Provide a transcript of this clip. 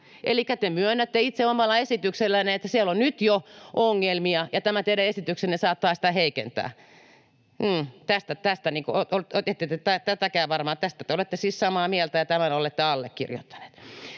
Elikkä te myönnätte itse omalla esityksellänne, että siellä on nyt jo ongelmia ja tämä teidän esityksenne saattaa sitä heikentää. Tästä te olette siis samaa mieltä, ja tämän olette allekirjoittaneet.